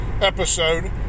Episode